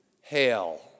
Hail